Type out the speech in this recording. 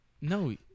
No